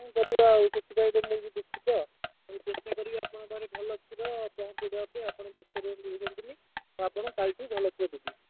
କଁ କରିବା ଆଉ ସେଥିପାଇଁ ତ ମୁଁ ବି ଦୁଃଖିତ ମୁଁ ଚେଷ୍ଟା କରିବି ଆପଣଙ୍କ ପାଖେ ଭଲ କ୍ଷୀର ପହଁଚେଇଦେବା ପାଇଁ ଆପଣ ବ୍ୟସ୍ତ ହୁଅନ୍ତୁନି ମୁଁ ଆପଣଙ୍କୁ କାଲିଠୁ ଭଲ କ୍ଷୀର ଦେବି